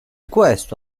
questo